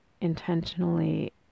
intentionally